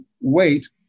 wait